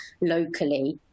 locally